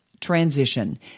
Transition